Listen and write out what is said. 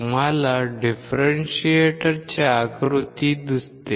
तुम्हाला डिफरेंशिएटरची आकृती दिसते